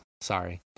sorry